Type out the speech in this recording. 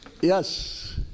Yes